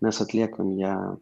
mes atliekam ją